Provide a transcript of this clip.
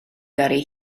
gyrru